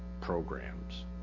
programs